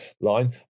line